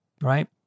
right